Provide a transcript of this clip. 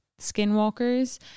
skinwalkers